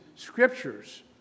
scriptures